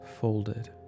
folded